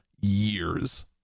years